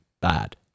bad